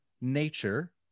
nature